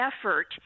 effort